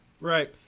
Right